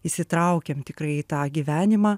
įsitraukėm tikrai į tą gyvenimą